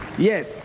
yes